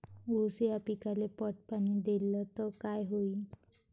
ऊस या पिकाले पट पाणी देल्ल तर काय होईन?